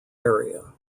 area